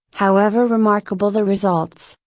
however remarkable the results,